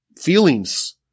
feelings